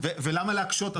ולמה להקשות?